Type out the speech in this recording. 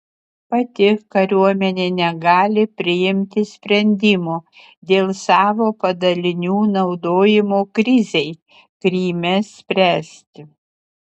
pati kariuomenė negali priimti sprendimo dėl savo padalinių naudojimo krizei kryme spręsti